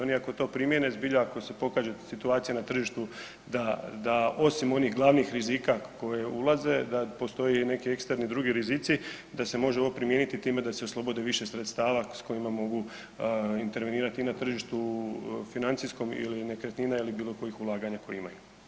Oni ako to primjene, ako se pokaže situacija na tržištu da osim onih glavnih rizika koje ulaze da postoje i neki eksterni drugi rizici da se može ovo primijeniti time da se oslobodi više sredstava s kojima mogu intervenirati i na tržištu financijskom ili nekretnina ili bilo kojih ulaganja koja imaju.